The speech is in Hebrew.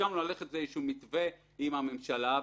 הסכמנו ללכת למתווה עם הממשלה.